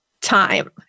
time